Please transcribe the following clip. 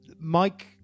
Mike